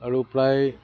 আৰু প্ৰায়